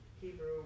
Hebrew